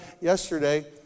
yesterday